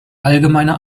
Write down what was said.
allgemeiner